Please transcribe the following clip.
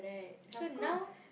of course